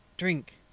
drink.